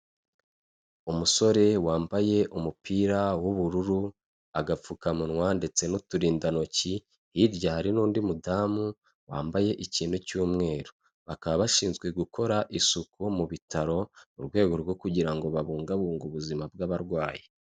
Umusore wambaye umupira w'ubururu, agapfukamunwa ndetse n'uturindantoki, hirya hari n'undi mudamu wambaye ikintu cy'umweru, bakaba bashinzwe gukora isuku mu bitaro mu rwego rwo kugira ngo babungabunge ubuzima bw'abarwayi.